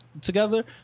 together